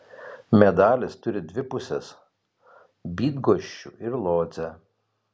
medalis turi dvi pusės bydgoščių ir lodzę